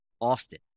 Austin